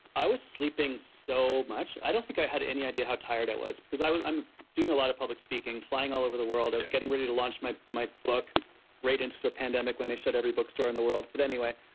i was sleeping so much, i don't think i had any idea how tired i was because i'm doing a lot of public speaking, flying all over the world, i was getting ready to launch my my book right into the pandemic when they shut every bookstore in the world but anyway,